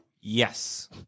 Yes